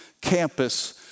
Campus